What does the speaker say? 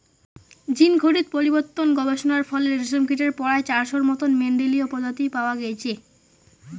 জীনঘটিত পরিবর্তন গবেষণার ফলে রেশমকীটের পরায় চারশোর মতন মেন্ডেলীয় প্রজাতি পাওয়া গেইচে